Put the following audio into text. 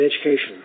education